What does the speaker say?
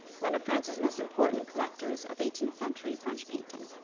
one of france's most important collectors of eighteenth century french painting.